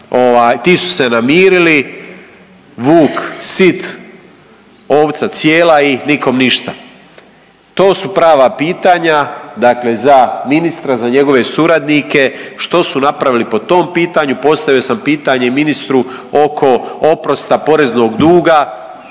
Ti su se namirili. Vuk sit, ovca cijela i nikome ništa. To su prava pitanja dakle za ministra, za njegove suradnike što su napravili po tom pitanju. Postavio sam pitanje i ministru oko oprosta poreznog duga.